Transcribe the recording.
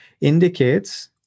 indicates